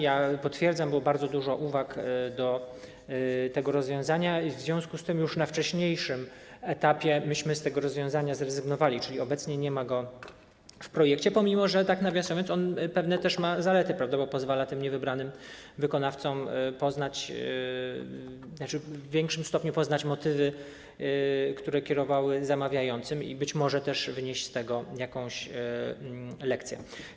Ja potwierdzam, było bardzo dużo uwag do tego rozwiązania i w związku z tym już na wcześniejszym etapie my z tego rozwiązania zrezygnowaliśmy, czyli obecnie nie ma go w projekcie, pomimo że, tak nawiasem mówiąc, ono ma też pewne zalety, pozwala tym niewybranym wykonawcom w większym stopniu poznać motywy, które kierowały zamawiającym i być może też wynieść z tego jakąś lekcję.